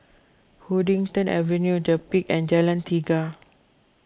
Huddington Avenue the Peak and Jalan Tiga